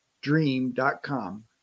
dream.com